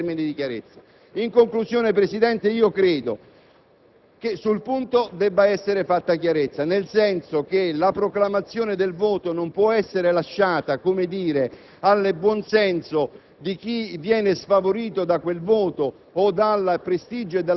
avrebbe potuto approvare se la votazione fosse avvenuta in termini di chiarezza. In conclusione, credo che sul punto debba essere fatta chiarezza, nel senso che la proclamazione del voto non può essere lasciata al buon senso